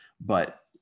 But-